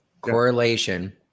Correlation